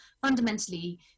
fundamentally